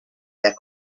their